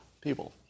people